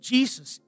Jesus